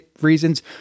reasons